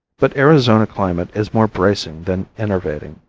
but arizona climate is more bracing than enervating.